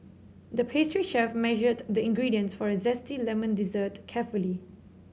the pastry chef measured the ingredients for a zesty lemon dessert carefully